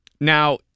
Now